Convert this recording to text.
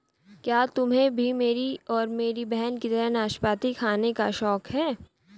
क्या तुम्हे भी मेरी और मेरी बहन की तरह नाशपाती खाने का शौक है?